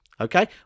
Okay